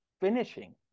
finishing